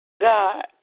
God